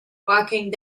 walking